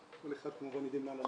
כל אחד כמובן יודע לאן ללכת,